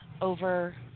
over